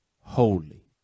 holy